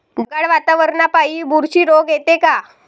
ढगाळ वातावरनापाई बुरशी रोग येते का?